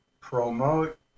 promote